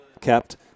kept